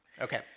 Okay